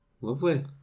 Lovely